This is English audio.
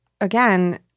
again